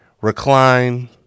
Recline